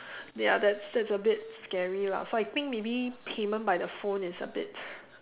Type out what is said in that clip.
ya that's that's a bit scary lah so I think maybe payment by the phone is a bit